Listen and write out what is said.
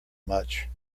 much